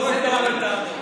לא רק לבוא בטענות.